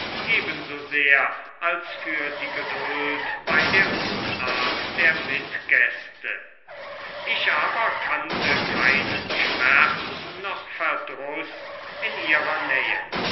vater ebensosehr als für die geduld bei der unart der mitgäste ich aber kannte keinen schmerz noch verdruß in ihrer nähe